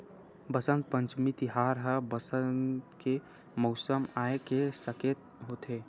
बसंत पंचमी तिहार ह बसंत के मउसम आए के सकेत होथे